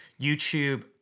YouTube